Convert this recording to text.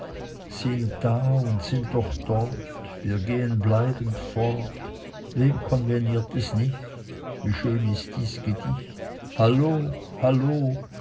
sind da und sind doch dort wir gehen bleibend fort wem konveniert es nicht wie schön ist dies gedicht hallo hallo